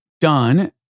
done